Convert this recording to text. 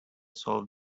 solve